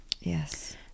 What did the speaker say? yes